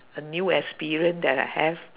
a new experience that I have